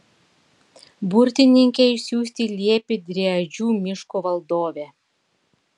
burtininkę išsiųsti liepė driadžių miško valdovė